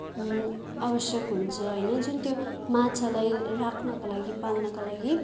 आवश्यक हुन्छ होइन जुन त्यो माछालाई राख्नको लागि पाल्नको लागि